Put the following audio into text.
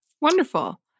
Wonderful